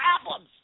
problems